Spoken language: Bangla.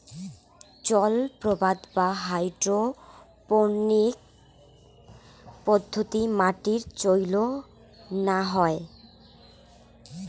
জলআবাদ বা হাইড্রোপোনিক্স পদ্ধতিত মাটির চইল না হয়